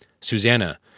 Susanna